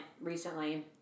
recently